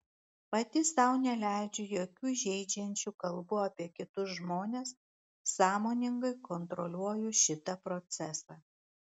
pati sau neleidžiu jokių žeidžiančių kalbų apie kitus žmones sąmoningai kontroliuoju šitą procesą